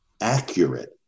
accurate